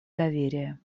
доверия